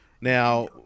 Now